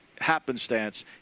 happenstance